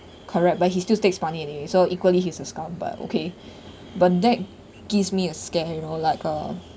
correct but he still takes money in it so equally he is a scumbag but okay but that gives me a scare you know like a